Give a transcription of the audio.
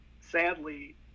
sadly